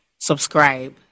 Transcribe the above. Subscribe